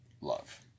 love